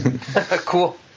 Cool